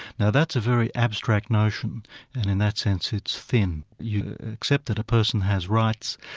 now that's a very abstract notion and in that sense, it's thin. you accept that a person has rights,